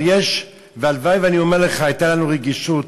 הלוואי והייתה לנו רגישות